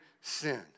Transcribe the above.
sin